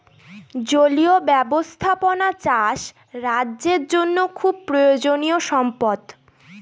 জলীয় ব্যাবস্থাপনা চাষ রাজ্যের জন্য খুব প্রয়োজনীয়ো সম্পদ